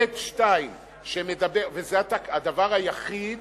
(ב)(2) וזה הדבר היחיד